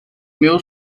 meu